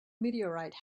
meteorite